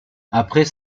après